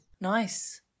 Nice